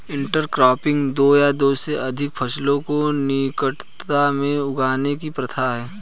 intercropping दो या दो से अधिक फसलों को निकटता में उगाने की प्रथा है